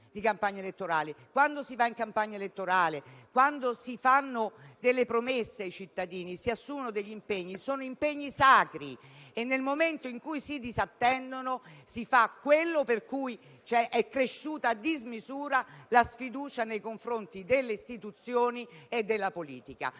Quando si va in campagna elettorale, quando si fanno delle promesse ai cittadini e si assumono degli impegni, si tratta di impegni sacri e nel momento in cui si disattendono, si fa quello per cui è cresciuta a dismisura la sfiducia nei confronti delle istituzioni e della politica.